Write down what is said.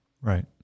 Right